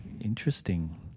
Interesting